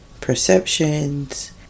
perceptions